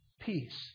peace